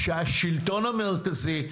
שהשלטון המרכזי,